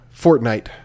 Fortnite